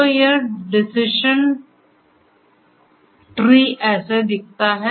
तो यह decision tree ऐसा दिखता है